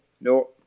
No